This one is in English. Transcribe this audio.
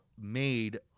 made